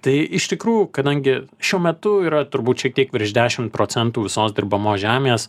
tai iš tikrųjų kadangi šiuo metu yra turbūt šiek tiek virš dešimt procentų visos dirbamos žemės